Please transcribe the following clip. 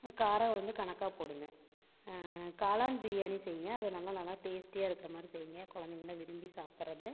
காரம் வந்து கணக்காக போடுங்க காளான் பிரியாணி செய்யுங்க அது நல்ல நல்லா டேஸ்ட்டியா இருக்கிற மாதிரி செய்யுங்க குழந்தைகளாம் விரும்பி சாப்பிட்றது